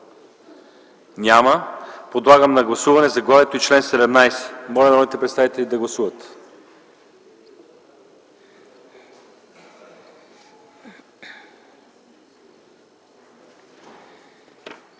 Няма. Подлагам на гласуване заглавието и чл. 30. Моля народните представители да гласуват.